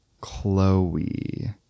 Chloe